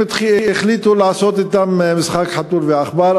החליטו לעשות אתם משחק חתול ועכבר,